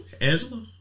Angela